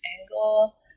angle